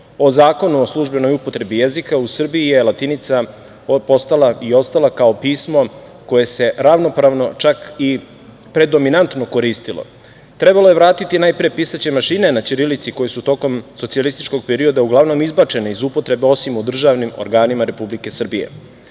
O Zakonu o službenoj upotrebi jezika u Srbiji je latinica postala i ostala kao pismo koje se ravnopravno, čak i predominantno koristilo. Trebalo je vratiti, najpre, pisaće mašine na ćirilici koje su tokom socijalističkog perioda uglavnom izbačene iz upotrebe, osim u državnim organima Republike Srbije.